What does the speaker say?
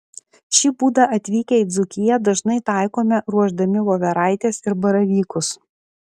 šį būdą atvykę į dzūkiją dažnai taikome ruošdami voveraites ir baravykus